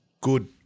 good